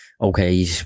okay